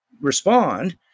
respond